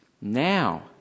now